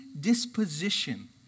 disposition